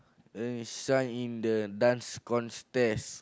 uh sign in the Dance Contest